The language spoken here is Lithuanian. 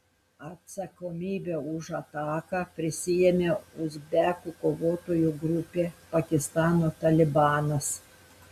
atsakomybę už ataką prisiėmė uzbekų kovotojų grupė pakistano talibanas